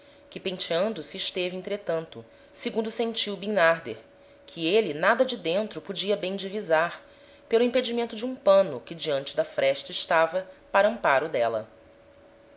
que penteando se esteve entretanto segundo sentiu bimnarder que êle nada de dentro podia bem divisar pelo impedimento de um pano que diante da fresta estava para amparo d'éla